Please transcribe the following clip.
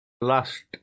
last